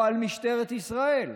או על משטרת ישראל,